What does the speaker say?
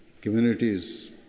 communities